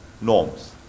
norms